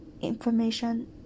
information